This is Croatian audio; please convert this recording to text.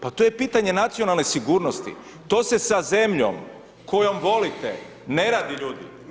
Pa to je pitanje nacionalne sigurnosti, to se sa zemljom kojom volite ne radi ljudi.